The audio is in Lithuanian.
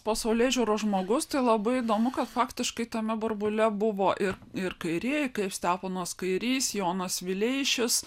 pasaulėžiūros žmogus tai labai įdomu kad faktiškai tame burbule buvo ir ir kairieji kaip steponas kairys jonas vileišis